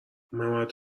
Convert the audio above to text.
ممد